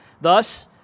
Thus